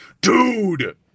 Dude